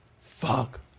Fuck